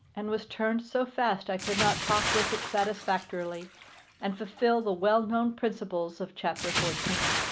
and was turned so fast i could not talk with it satisfactorily and fulfil the well-known principles of chapter fourteen.